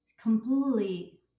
completely